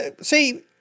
see